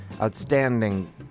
outstanding